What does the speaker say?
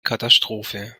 katastrophe